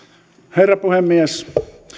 herra puhemies